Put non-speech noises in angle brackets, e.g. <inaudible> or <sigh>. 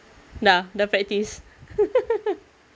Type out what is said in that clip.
dah dah practise <laughs>